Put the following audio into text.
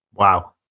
wow